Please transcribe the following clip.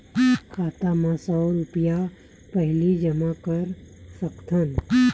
खाता मा सौ रुपिया पहिली जमा कर सकथन?